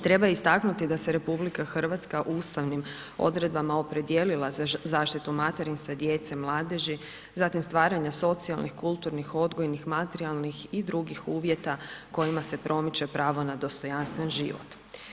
Treba istaknuti da se RH ustavnim odredbama opredijelila za zaštitu materinstva, djece, mladeži, zatim stvaranja socijalnih, kulturnih, odgojnih, materijalnih i drugih uvjeta kojima se promiče pravo na dostojanstven život.